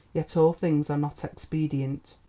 yet all things are not expedient.